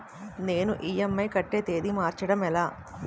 నేను ఇ.ఎం.ఐ కట్టే తేదీ మార్చడం ఎలా?